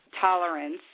tolerance